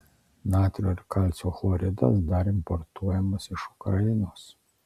natrio ir kalcio chloridas dar importuojamas iš ukrainos